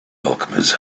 alchemist